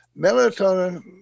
melatonin